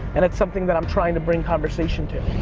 and it's something that i'm trying to bring conversation to.